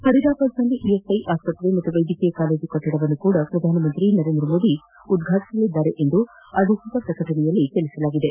ಫರೀದಾಬಾದ್ನಲ್ಲಿ ESI ಆಸ್ಪತ್ರೆ ಮತ್ತು ವೈದ್ಯಕೀಯ ಕಾಲೇಜು ಕಟ್ಟಡವನ್ನು ಸಹ ಪ್ರಧಾನಮಂತ್ರಿ ನರೇಂದ್ರ ಮೋದಿ ಉದ್ಘಾಟಸಲಿದ್ದಾರೆ ಎಂದು ಅಧಿಕೃತ ಪ್ರಕಟಣೆಯಲ್ಲಿ ತಿಳಿಸಲಾಗಿದೆ